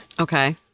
Okay